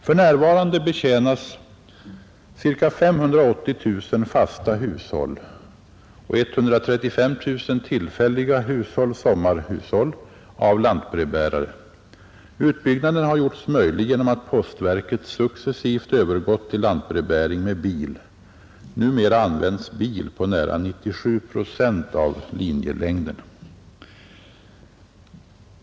För närvarande betjänas ca 580 000 fasta hushåll och 135 000 tillfälliga hushåll av lantbrevbärare. Utbyggnaden har gjorts möjlig genom att postverket successivt övergått till lantbrevbäring med bil. Numera används bil på nära 97 procent av linjelängden.